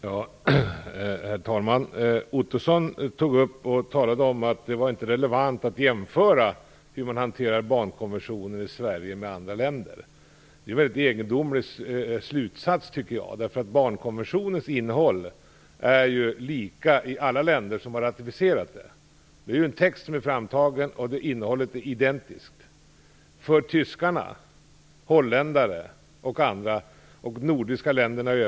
Herr talman! Roy Ottosson tyckte att det inte var relevant att jämföra hur man hanterar barnkonventionen i Sverige och i andra länder. Det var en egendomlig slutsats. Barnkonventionens innehåll är lika i alla länder som har ratificerat den. Texten är identisk för tyskarna, holländarna och de nordiska länderna.